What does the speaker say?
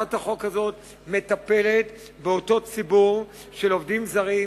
הצעת החוק מטפלת באותו ציבור של עובדים זרים,